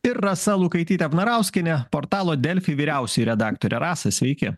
ir rasa lukaitytė vnarauskienė portalo delfi vyriausioji redaktorė rasa sveiki